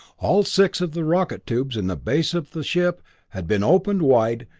all six of the rocket tubes in the base of the ship had been opened wide,